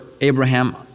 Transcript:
Abraham